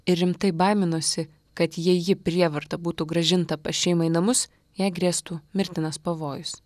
ir rimtai baiminosi kad jei ji prievarta būtų grąžinta pas šeimą į namus jei grėstų mirtinas pavojus